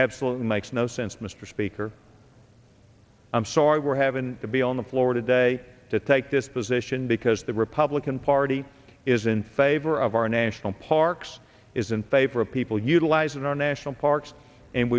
absolutely makes no sense mr speaker i'm sorry we're having to be on the floor today to take this position because the republican party is in favor of our national parks is in favor of people utilizing our national parks and